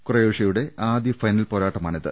ക്രൊയേഷ്യയുടെ ആദ്യ ഫൈനൽ പോരാട്ടമാണിത്